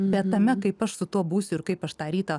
bet tame kaip aš su tuo būsiu ir kaip aš tą rytą